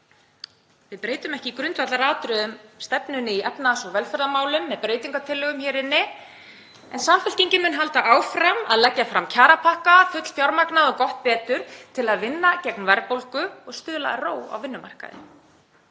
Við breytum ekki grundvallaratriðum stefnu í efnahags- og velferðarmálum með breytingartillögum hér inni. En Samfylkingin mun halda áfram að leggja fram kjarapakka, fullfjármagnaða og gott betur, til að vinna gegn verðbólgu og stuðla að ró á vinnumarkaði.